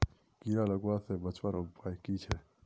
कीड़ा लगवा से बचवार उपाय की छे?